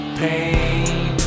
pain